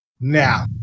now